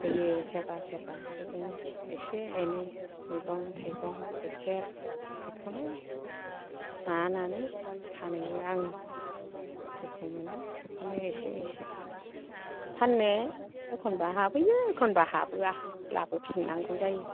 होफैयो सोरबा सोरबा बिदिनो एसे एनै मैगं थाइगं गाइखेर बिखौनो माबा नानै फानैयो आं जेखौ मोनो बिखौनो एसे एसे फानो एखनबा हाबोयो एखनबा हाबोया लाबोफिननांगौ जायो